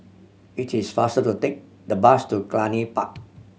it is faster to take the bus to Cluny Park